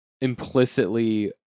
implicitly